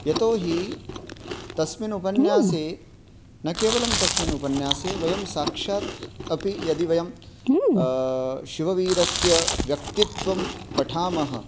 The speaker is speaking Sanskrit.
यतोहि तस्मिन् उपन्यासे न केवलं तस्मिन् उपन्यासे वयं साक्षाद् अपि यदि वयं शिववीरस्य व्यक्तित्वं पठामः